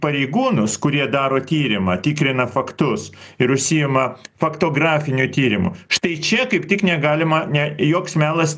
pareigūnus kurie daro tyrimą tikrina faktus ir užsiima faktografiniu tyrimu štai čia kaip tik negalima ne joks melas